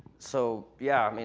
so, yeah, i mean